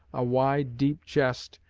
a wide, deep chest,